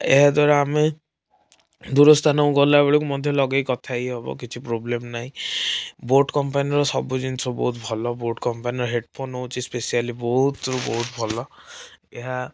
ଏହାଦ୍ଵାରା ଆମେ ଦୂରସ୍ଥାନକୁ ଗଲାବେଳକୁ ମଧ୍ୟ ଲଗାଇକି କଥା ହେଇହବ କିଛି ପ୍ରୋବ୍ଲେମ ନାହିଁ ବୋଟ କମ୍ପାନୀର ସବୁ ଜିନିଷ ବହୁତ ଭଲ ବୋଟ କମ୍ପାନୀର ହେଡ଼ଫୋନ୍ ହେଉଛି ସ୍ପେସିଆଲି ବହୁତ ବହୁତ ଭଲ ଏହା